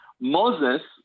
Moses